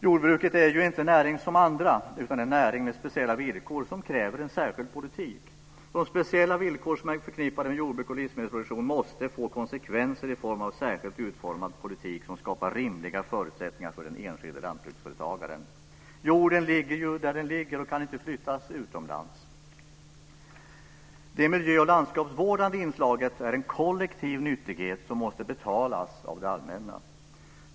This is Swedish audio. Jordbruket är ju inte en näring som andra, utan en näring med speciella villkor som kräver en särskild politik. De speciella villkor som är förknippade med jordbruk och livsmedelsproduktion måste få konsekvenser i form av en särskilt utformad politik som skapar rimliga förutsättningar för den enskilda lantbruksföretagaren. Jorden ligger ju där den ligger och kan inte flyttas utomlands. Det miljö och landskapsvårdande inslaget är en kollektiv nyttighet som måste betalas av det allmänna.